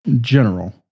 general